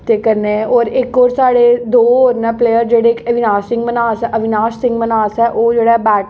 ते कन्नै होर इक होर साढ़े दो होर न प्लेयर जेह्ड़े अविनाश सिंह मन्हास अविनाश सिंह मन्हास ऐ ओह् जेह्ड़ा